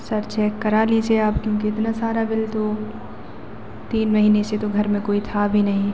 sir check करा लीजिए आप क्योंकि इतना सारा बिल तो तीन महीने से तो घर में कोई था भी नहीं